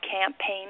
campaign